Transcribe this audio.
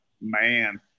man